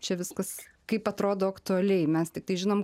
čia viskas kaip atrodo aktualiai mes tiktai žinom